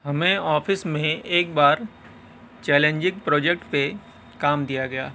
ہمیں آفس میں ایک بار چیلینجنگ پروجیکٹ پہ کام دیا گیا